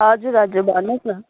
हजुर हजुर भन्नुहोस् न